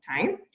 time